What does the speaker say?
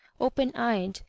open-eyed